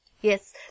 Yes